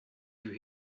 you